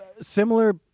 similar